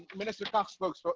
minister kaag spoke so